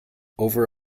over